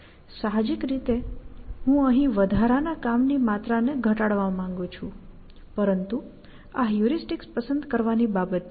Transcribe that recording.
સાહજિક રીતે હું અહીં વધારાના કામની માત્રાને ઘટાડવા માંગું છું પરંતુ આ હ્યુરિસ્ટિકસ પસંદ કરવાની બાબત છે